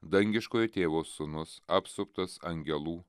dangiškojo tėvo sūnus apsuptas angelų